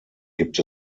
gibt